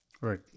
Right